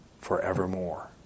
forevermore